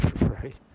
Right